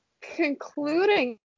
concluding